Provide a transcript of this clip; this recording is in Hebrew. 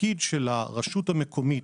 התפקיד של הרשות המקומית,